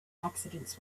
accidents